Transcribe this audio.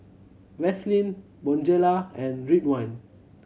Vaselin Bonjela and Ridwind